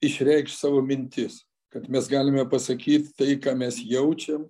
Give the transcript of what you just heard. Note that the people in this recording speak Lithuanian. išreikšt savo mintis kad mes galime pasakyt tai ką mes jaučiam